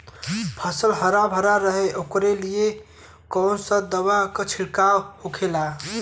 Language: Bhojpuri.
फसल हरा भरा रहे वोकरे लिए कौन सी दवा का छिड़काव होखेला?